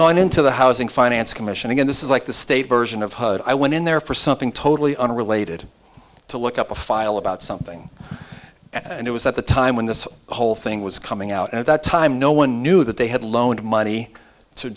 gone into the housing finance commission again this is like the state version of hud i went in there for something totally unrelated to look up a file about something and it was at the time when this whole thing was coming out at that time no one knew that they had loaned money